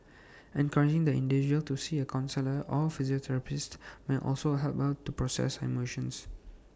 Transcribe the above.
encouraging the individual to see A counsellor or may also help her to process her emotions